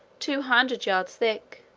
two hundred yards thick,